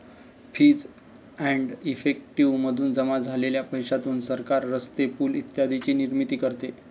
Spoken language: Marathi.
फीस एंड इफेक्टिव मधून जमा झालेल्या पैशातून सरकार रस्ते, पूल इत्यादींची निर्मिती करते